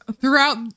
throughout